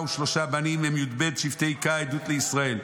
ושלושה בנים הם י"ב שבטי ק' עדות לישראל,